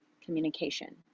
communication